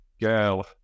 girl